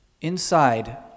Inside